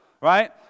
Right